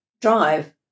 drive